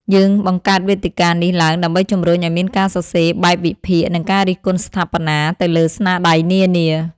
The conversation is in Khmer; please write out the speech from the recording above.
យើងបង្កើតវេទិកានេះឡើងដើម្បីជំរុញឱ្យមានការសរសេរបែបវិភាគ និងការរិះគន់ស្ថាបនាទៅលើស្នាដៃនានា។